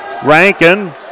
Rankin